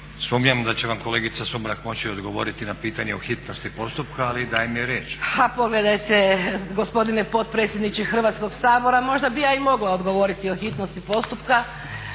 Sumnjam da će vam kolegica Sumrak moći odgovoriti na pitanje o hitnosti postupka, ali dajem joj riječ. **Sumrak, Đurđica (HDZ)** A pogledajte, gospodine potpredsjedniče Hrvatskog sabora možda bih ja i mogla odgovoriti o hitnosti postupka,